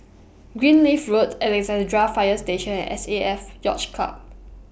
Greenleaf Road Alexandra Fire Station and S A F Yacht Club